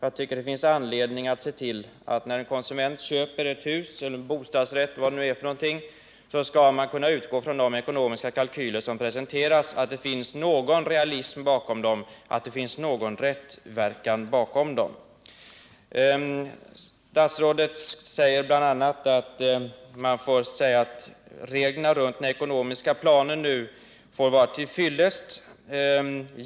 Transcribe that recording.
Jag tycker det finns anledning att se till att när en konsument köper en bostad med äganderätt eller bostadsrätt, så skall han kunna utgå från att det finns någon realism och någon rättsverkan bakom de ekonomiska kalkyler som presenteras. Statsrådet säger i det här avseendet bl.a. att reglerna beträffande den ekonomiska planen nu får anses vara till fyllest.